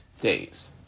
days